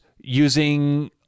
using